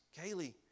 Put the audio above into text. Kaylee